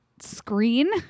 screen